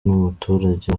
n’umuturage